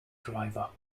driver